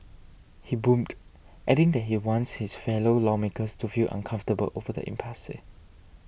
he boomed adding that he wants his fellow lawmakers to feel uncomfortable over the impasse